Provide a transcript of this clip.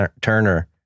Turner